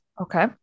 okay